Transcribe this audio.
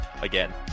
Again